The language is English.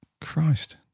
Christ